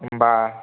होमबा